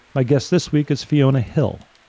my guest this week is fiona hill,